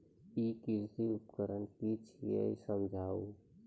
ई कृषि उपकरण कि छियै समझाऊ?